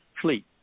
fleet